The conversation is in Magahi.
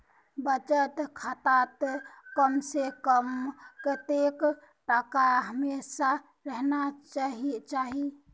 बचत खातात कम से कम कतेक टका हमेशा रहना चही?